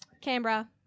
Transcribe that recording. Canberra